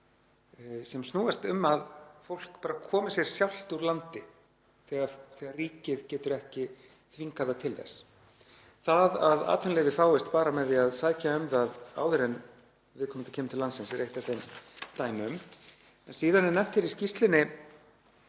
sem snúast um að fólk bara komi sér sjálft úr landi af því að ríkið getur ekki þvingað það til þess? Það að atvinnuleyfið fáist bara með því að sækja um það áður en viðkomandi kemur til landsins er eitt af þeim dæmum. Síðan er nefnt í skýrslunni